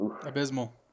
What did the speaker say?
Abysmal